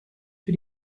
für